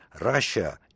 Russia